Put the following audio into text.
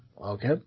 Okay